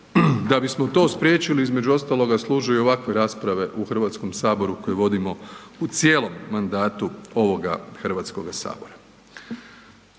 Da bismo to spriječili između ostaloga služe i ovakve rasprave u HS koje vodimo u cijelom mandatu ovoga HS.